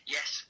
Yes